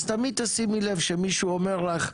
אז תמיד תשימי לב כשמישהו אומר לך,